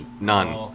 None